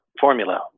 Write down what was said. formula